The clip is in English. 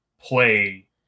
play